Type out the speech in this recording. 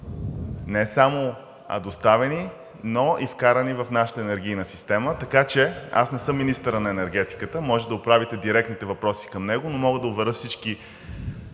не само доставени, но и вкарани в нашата енергийна система. Аз не съм министърът на енергетиката. Може да отправите директните въпроси към него, но мога да уверя всички